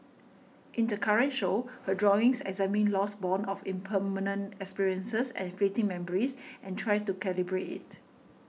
in the current show her drawings examine loss borne of impermanent experiences and fleeting memories and tries to calibrate it